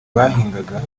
bahingaga